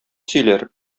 сөйләр